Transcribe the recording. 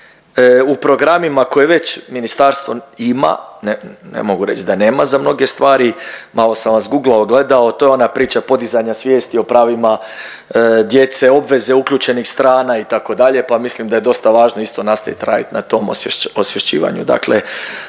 u programima koje je već ministarstvo ima, ne mogu reć da nema za mnoge stvari. Malo sam vas googleao, gledao, to je ona priča podizanja svijesti o pravima djece, obveze uključenih strana itd. pa mislim da je dosta važno isto nastavit radi na tom osvješćivanju